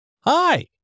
Hi